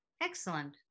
Excellent